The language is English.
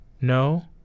No